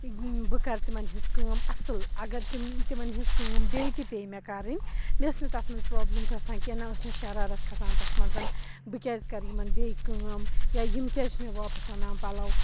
بہٕ کَرٕ تِمَن ہِنٛز کٲم اَصٕل اگر تِم تِمَن ہِنٛز کٲم بیٚیہِ تہِ پیٚیہِ مےٚ کَرٕنۍ مےٚ ٲس نہٕ تَتھ منٛز پرٛابلِم گژھان کینٛہہ نہ ٲس مےٚ شَرارَت کھَسان تَتھ منٛز بہٕ کیازِ کَرٕ یِمَن بیٚیہِ کٲم یا یِم کیٛازِ چھِ مےٚ واپَس اَنان پَلَو